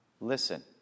listen